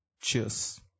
cheers